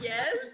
Yes